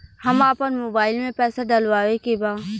हम आपन मोबाइल में पैसा डलवावे के बा?